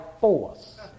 force